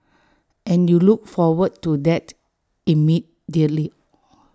and you look forward to that immediately